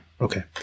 Okay